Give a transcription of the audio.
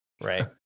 Right